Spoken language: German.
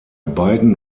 beiden